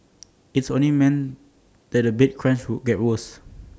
IT only man that the bed crunch would get worse